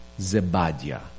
zebadia